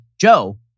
Joe